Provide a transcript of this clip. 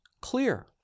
clear